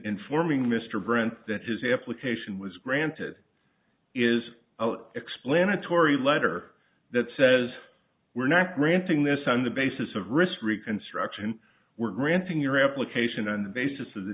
informing mr brant that his application was granted is explanatory letter that says we're not granting this on the basis of risk reconstruction we're granting your application on the basis of the